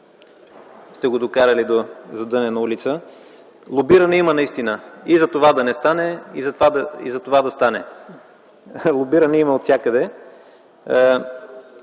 сте го докарали до задънена улица. Лобиране има наистина – и за това да не стане, и за това да стане. Лобиране има отвсякъде.